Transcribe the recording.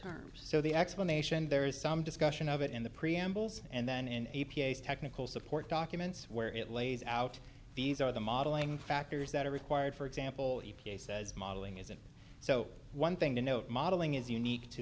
terms so the explanation there is some discussion of it in the preambles and then in a technical support documents where it lays out these are the modeling factors that are required for example e p a says modeling isn't so one thing to note modeling is unique to